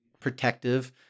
protective